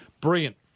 Brilliant